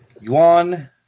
Yuan